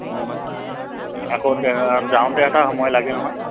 আকৌ যাওঁতে এটা সময় লাগে নহয়